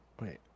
Wait